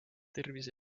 tervise